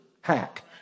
hack